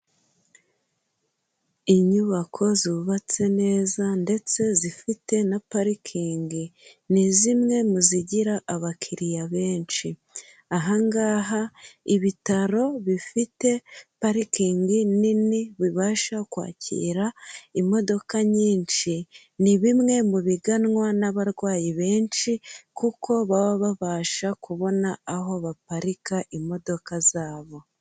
Inyubako zubatse neza ndetse zifite na parikingi ni zimwe mu zigira abakiriya benshi, aha ngaha ibitaro bifite parikingi nini bibasha kwakira imodoka nyinshi, ni bimwe mu biganwa n'abarwayi benshi kuko baba babasha kubona aho baparika imodoka zabo.